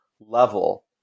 level